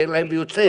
מעיר להם ויוצא,